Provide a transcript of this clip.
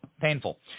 painful